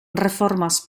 reformas